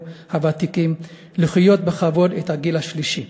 הוותיקים לחיות בכבוד בגיל השלישי.